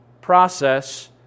process